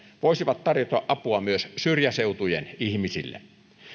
voisivat tarjota apua myös syrjäseutujen ihmisille